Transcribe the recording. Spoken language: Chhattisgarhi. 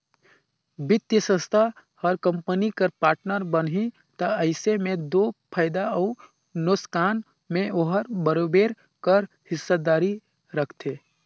बित्तीय संस्था हर कंपनी कर पार्टनर बनही ता अइसे में दो फयदा अउ नोसकान में ओहर बरोबेर कर हिस्सादारी रखथे